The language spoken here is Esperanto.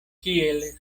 kiel